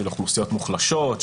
של אוכלוסיות מוחלשות,